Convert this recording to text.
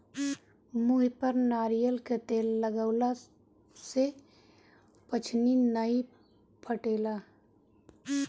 मुहे पर नारियल कअ तेल लगवला से पछ्नी नाइ फाटेला